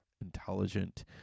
intelligent